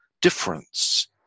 difference